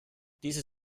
diese